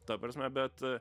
ta prasme bet